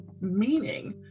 meaning